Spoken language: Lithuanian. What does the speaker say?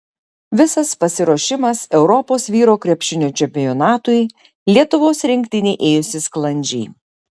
visas pasiruošimas europos vyrų krepšinio čempionatui lietuvos rinktinei ėjosi sklandžiai